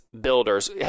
builders